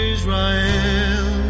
Israel